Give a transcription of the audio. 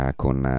con